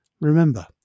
Remember